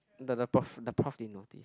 the the prof the prof didn't notice